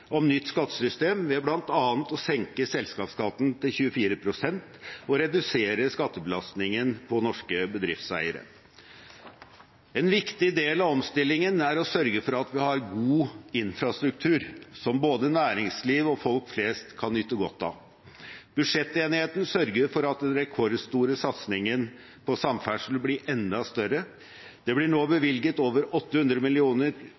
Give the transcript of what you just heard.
om nytt skattesystem, ved bl.a. å senke selskapsskatten til 24 pst. og redusere skattebelastningen på norske bedriftseiere. En viktig del av omstillingen er å sørge for at vi har god infrastruktur som både næringsliv og folk flest kan nyte godt av. Budsjettenigheten sørger for at den rekordstore satsingen på samferdsel blir enda større. Det blir nå